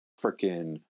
freaking